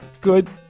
good